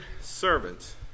Servants